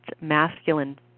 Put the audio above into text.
masculine